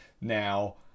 now